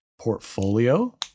portfolio